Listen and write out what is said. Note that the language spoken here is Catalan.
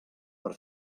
per